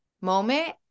moment